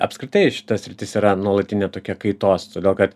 apskritai šita sritis yra nuolatinė tokia kaitos todėl kad